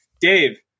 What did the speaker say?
dave